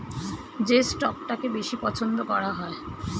যে স্টকটাকে বেশি পছন্দ করা হয়